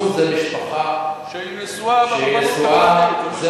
זוג זה משפחה, שהיא נשואה במובן, שהיא נשואה.